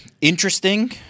Interesting